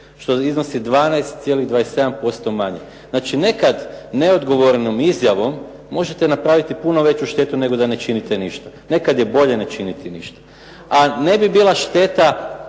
što iznosi 12,27% manje. Znači, nekad neodgovornom izjavom možete napraviti puno veću štetu nego da ne činite ništa. Nekad je bolje ne činiti ništa. A ne bi bila šteta